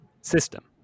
system